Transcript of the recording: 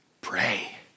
pray